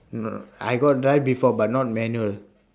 mm uh I got drive before but not manual